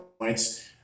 points